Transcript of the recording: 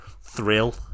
thrill